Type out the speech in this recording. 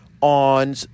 on